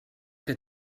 que